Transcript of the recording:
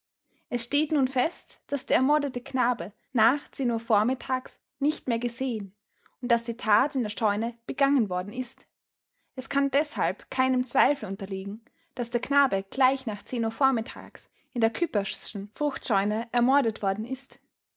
es steht nun fest daß der ermordete knabe nach uhr vormittags nicht mehr gesehen und daß die tat in der scheune begangen worden ist es kann deshalb keinem zweifel unterliegen daß der knabe gleich nach uhr vormittags in der küppersschen fruchtscheune ermordet worden ist